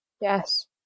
Yes